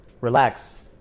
relax